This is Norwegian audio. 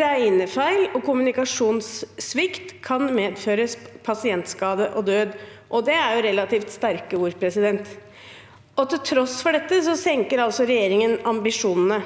«regnefeil og kommunikasjonssvikt kan medføre pasientskade og død». Det er relativt sterke ord. Til tross for dette senker altså regjeringen ambisjonene.